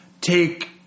take